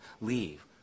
leave